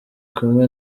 kumwe